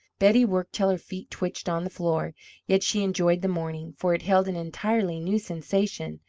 betty worked till her feet twitched on the floor yet she enjoyed the morning, for it held an entirely new sensation,